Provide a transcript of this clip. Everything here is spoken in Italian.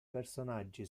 personaggi